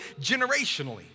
generationally